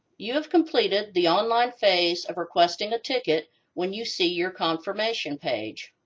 you have completed the online phase of requesting a ticket when you see your confirmation page.